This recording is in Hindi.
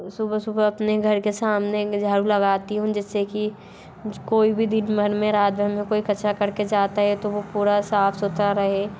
सुबह सुबह अपने घर के सामने झाड़ू लगती हूँ जिससे की मुझ कोई भी दिन भर मेरा आगे मैं कोई कचड़ा करके जाता है तो वो पूरा साफ सुथरा रहे